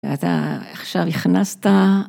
ואתה עכשיו הכנסת.